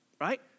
right